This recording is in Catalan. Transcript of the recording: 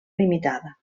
limitada